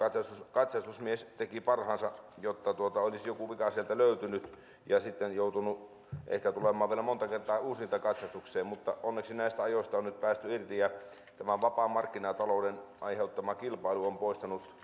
katsastusmies teki parhaansa jotta olisi joku vika sieltä löytynyt ja olisi sitten joutunut ehkä tulemaan vielä monta kertaa uusintakatsastukseen mutta onneksi näistä ajoista on nyt päästy irti ja tämä vapaan markkinatalouden aiheuttama kilpailu on poistanut